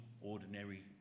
ordinary